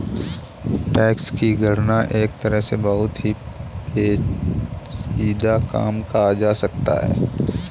tax की गणना एक तरह से बहुत ही पेचीदा काम कहा जा सकता है